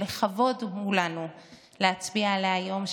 שלכבוד הוא לנו להצביע עליה היום,